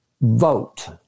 vote